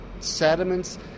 sediments